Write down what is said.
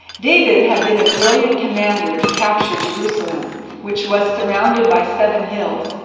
david had been a brilliant commander to capture jerusalem which was surrounded by seven hills.